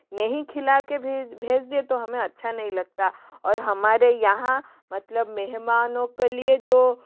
नहीं खिला के भेज भेज दे तो हमें अच्छा नहीं लगता और हमारे यहाँ मतलब मेहमानों के लिए जो